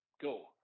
go